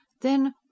Then